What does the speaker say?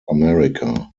america